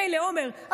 מילא עומר,